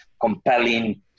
compelling